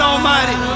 Almighty